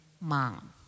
mom